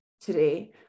today